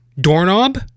Doorknob